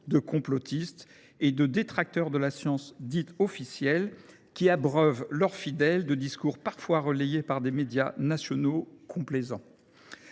de complotistes et de détracteurs de la science dite « officielle », qui abreuvent leurs fidèles de discours parfois relayés par des médias nationaux complaisants…